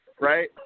right